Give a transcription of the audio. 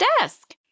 desk